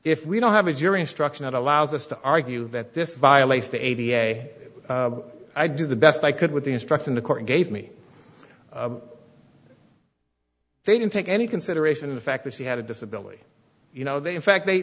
if we don't have a jury instruction that allows us to argue that this violates the aviator i do the best i could with the instruction the court gave me they didn't take any consideration of the fact that she had a disability you know that in fact they